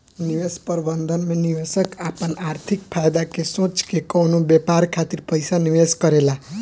निवेश प्रबंधन में निवेशक आपन आर्थिक फायदा के सोच के कवनो व्यापार खातिर पइसा निवेश करेला